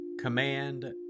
command